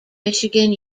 michigan